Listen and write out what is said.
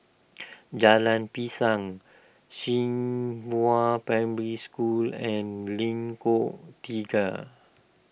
Jalan Pisang Zhenghua Primary School and Lengkong Tiga